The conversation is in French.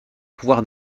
pouvoir